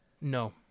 No